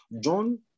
John